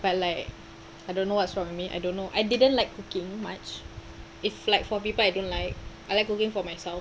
but like I don't know what's wrong with me I don't know I didn't like cooking much if like for people I don't like I like cooking for myself